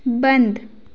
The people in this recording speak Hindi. बन्द